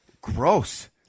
gross